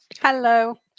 Hello